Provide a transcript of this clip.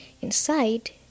Inside